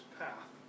path